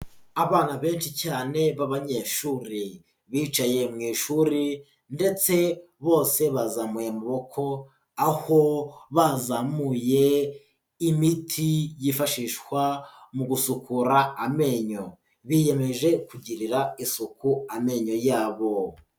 Abana benshi cyane b'abanyeshuri bicaye mu ishuri ndetse bose bazamuye amaboko, aho bazamuye imiti yifashishwa mu gusukura amenyo, biyemeje kugirira isuku amenyo yabo.